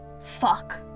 fuck